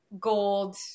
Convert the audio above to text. gold